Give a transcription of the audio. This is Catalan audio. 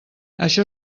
això